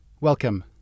welcome